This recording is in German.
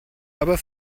aber